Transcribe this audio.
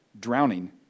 drowning